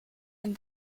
and